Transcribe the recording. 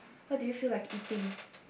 what do you feel like eating